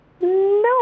No